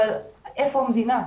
אבל איפה המדינה?